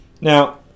Now